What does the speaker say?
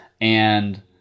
And-